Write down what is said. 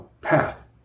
path